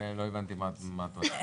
לא הבנתי מה את אומרת.